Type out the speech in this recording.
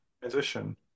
transition